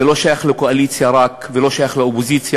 זה לא שייך רק לקואליציה ולא שייך לאופוזיציה.